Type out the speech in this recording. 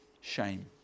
shame